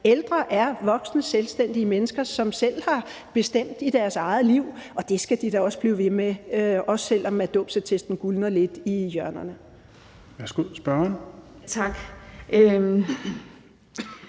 Ældre er voksne, selvstændige mennesker, som selv har bestemt i deres eget liv, og det skal de da blive ved med, også selv om dåbsattesten gulner lidt i hjørnerne.